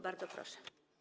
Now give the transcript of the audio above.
Bardzo proszę.